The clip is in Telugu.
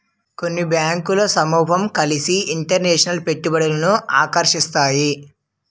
కొన్ని బ్యాంకులు సమూహం కలిసి ఇంటర్నేషనల్ పెట్టుబడులను ఆకర్షిస్తాయి